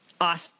awesome